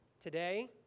Today